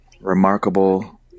remarkable